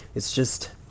it's just.